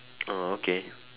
oh okay